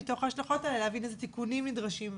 מתוך ההשלכות האלה להבין איזה תיקונים נדרשים.